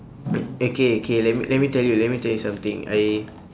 okay okay let me let me tell you let me tell you something I